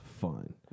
fun